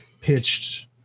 pitched